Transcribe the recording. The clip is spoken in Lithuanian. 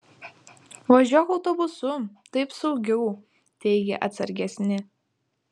važiuok autobusu taip saugiau teigė atsargesni